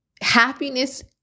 happiness